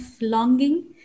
longing